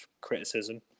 criticism